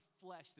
flesh